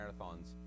marathons